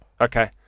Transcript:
Okay